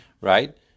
Right